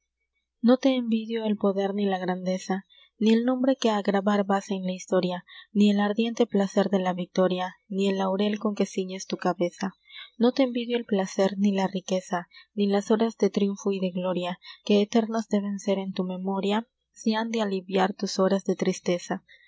no te envidio el poder ni la grandeza ni el nombre que á grabar vas en la historia ni el ardiente placer de la victoria ni el laurel con que ciñes tu cabeza no te envidio el placer ni la riqueza ni las horas de triunfos y de gloria que eternas deben ser en tu memoria si han de aliviar tus horas de tristeza